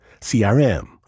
CRM